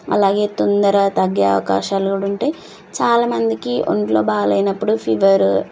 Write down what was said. అలాగే తొందర తగ్గే అవకాశాలు కూడా ఉంటాయి చాలామందికి ఒంట్లో బాగాలేనప్పుడు ఫీవర్